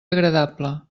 agradable